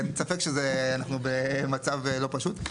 אין ספק שאנחנו במצב לא פשוט.